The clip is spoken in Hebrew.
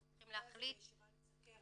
אנחנו צריכים להחליט ------ לישיבה על הסוכרת.